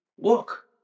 look